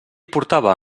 portava